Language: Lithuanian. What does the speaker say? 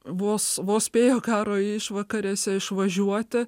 vos vos spėjo karo išvakarėse išvažiuoti